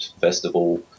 festival